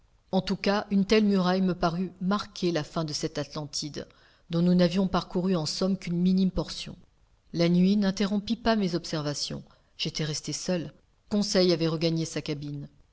en tout cas une telle muraille me parut marquer la fin de cette atlantide dont nous n'avions parcouru en somme qu'une minime portion la nuit n'interrompit pas mes observations j'étais resté seul conseil avait regagné sa cabine